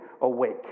awake